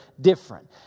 different